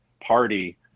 party